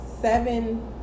seven